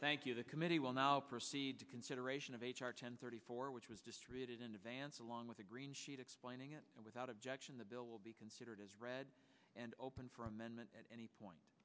thank you the committee will now proceed to consideration of h r ten thirty four which was distributed in advance along with a green sheet explaining it and without objection the bill will be considered as read and open for amendment at any point